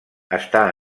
està